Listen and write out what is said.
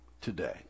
today